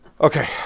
Okay